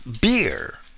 beer